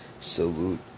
salute